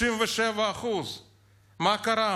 37%. מה קרה?